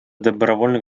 добровольных